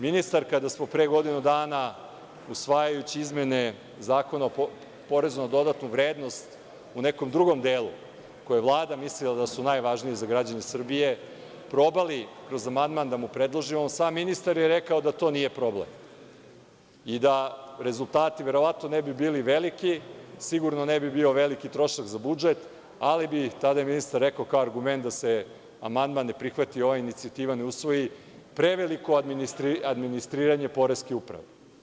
Ministar kada smo pre godinu dana usvajajući izmene Zakona o PDV u nekom drugom delu, za koji je Vlada mislila da je najvažniji za građane Srbije, probali kroz amandman da mu predložimo, sam ministar je rekao da to nije problem i da rezultati verovatno ne bi bili veliki, sigurno ne bi bio veliki trošak za budžet, ali bi, tada je ministar rekao kao argument, da se amandman ne prihvata i ova inicijativa ne usvoji preveliko administriranje Poreske uprave.